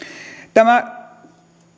tämä